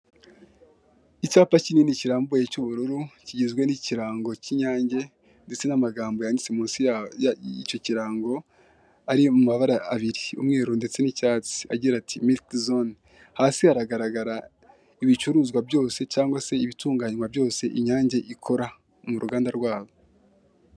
Icyapa kinini kirambuye cy'ubururu, kigizwe n'ikirango k'inyange, ndetse n'amagambo yanditse munsi ya ya y'icyo kirango, ari mu mabara abiri umweru ndetse n'icyatsi, agira ati ''mirikizone'' hasi haragaragara ibicuruzwa byose cyangwa se ibitunganywa byose inyange ikora, mu ruganda rwabo.